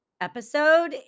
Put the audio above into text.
episode